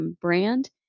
brand